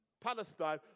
Palestine